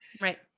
right